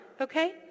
okay